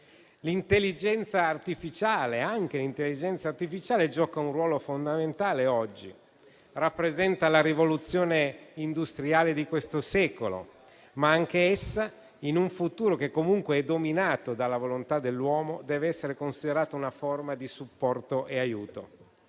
l'intelligenza artificiale gioca un ruolo fondamentale oggi: rappresenta la rivoluzione industriale di questo secolo, ma anch'essa, in un futuro che comunque è dominato dalla volontà dell'uomo, deve essere considerata una forma di supporto e aiuto,